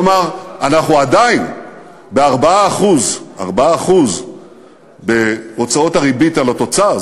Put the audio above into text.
כלומר, אנחנו עדיין ב-4% בהוצאות הריבית על התוצר.